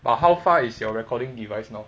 but how far is your recording device now